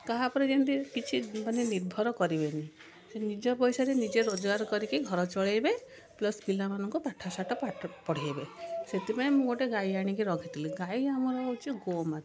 କାହା ଉପରେ ଯେମତି କିଛି ମାନେ ନିର୍ଭର କରିବେନି ସେ ନିଜ ପଇସାରେ ନିଜେ ରୋଜଗାର କରିକି ଘର ଚଳେଇବେ ପ୍ଲସ୍ ପିଲାମାନଙ୍କୁ ପାଠସାଠ ପାଠ ପଢ଼େଇବେ ସେଥିପାଇଁ ମୁଁ ଗୋଟେ ଗାଈ ଆଣିକି ରଖିଥିଲି ଗାଈ ଆମର ହେଉଛି ଗୋମାତା